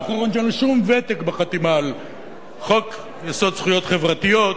האחרון שאין לו שום ותק בחתימה על חוק-יסוד: זכויות חברתיות,